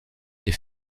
est